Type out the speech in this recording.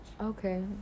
Okay